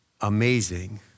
amazing